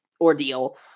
ordeal